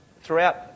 throughout